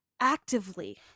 actively